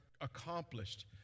accomplished